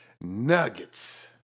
Nuggets